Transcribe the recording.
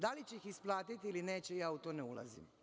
Da li će ih isplatiti ili neće, ja u to ne ulazim,